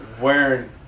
wearing